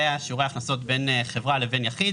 שיעורי ההכנסות בין חברה לבין יחיד.